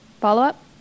Follow-up